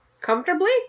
Comfortably